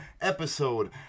episode